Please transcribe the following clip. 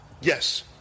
Yes